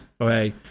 okay